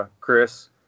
Chris